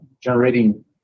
generating